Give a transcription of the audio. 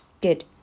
Good